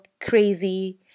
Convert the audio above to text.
crazy